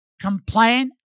complain